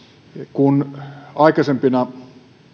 kun aikaisempina